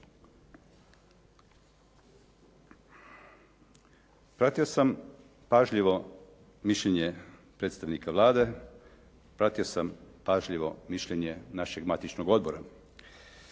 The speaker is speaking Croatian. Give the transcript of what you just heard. Pratio sam pažljivo mišljenje predstavnika Vlade, pratio sam pažljivo mišljenje našeg matičnog odbora.